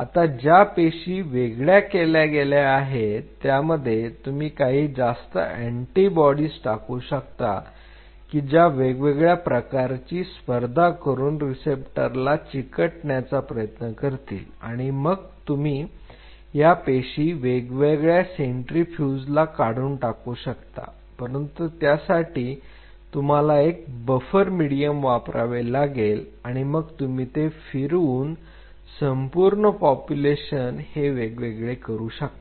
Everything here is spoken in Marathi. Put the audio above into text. आता ज्या पेशी वेगळ्या केल्या गेल्या आहेत त्यामध्ये तुम्ही काही जास्त अँटीबॉडीज टाकू शकता की ज्या वेगवेगळ्या प्रकारची स्पर्धा करून रिसेप्टरसला चिटकन्याचा प्रयत्न करतील आणि मग तुम्ही या पेशी वेगवेगळ्या सेंट्रीफ्यूजला काढून टाकू शकता परंतु त्यासाठी तुम्हाला एक बफर मीडियम वापरावे लागेल आणि मग तुम्ही ते फिरवून संपूर्ण पॉप्युलेशन हे वेगवेगळे करू शकता